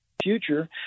future